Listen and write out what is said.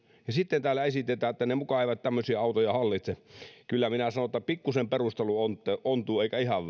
ja sitten täällä esitetään että he muka eivät tämmöisiä autoja hallitse kyllä minä sanon että pikkusen perustelu ontuu eikä ihan